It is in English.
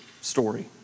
story